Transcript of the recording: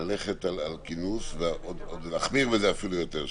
ללכת על כינוס, ואפילו להחמיר בזה יותר.